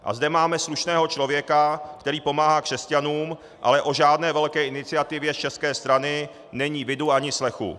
A zde máme slušného člověka, který pomáhá křesťanům, ale o žádné velké iniciativě z české strany není vidu ani slechu.